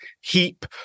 heap